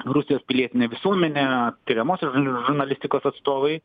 rusijos pilietinė visuomenė tiriamosios žurnalistikos atstovai